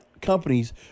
companies